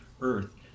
Earth